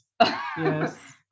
yes